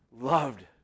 Loved